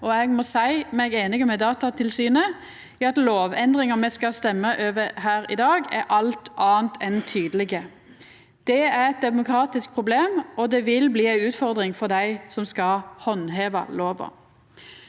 Eg må seia meg einig med Datatilsynet i at lovendringane me skal røysta over her i dag, er alt anna enn tydelege. Det er eit demokratisk problem, og det vil bli ei utfordring for dei som skal handheva lova.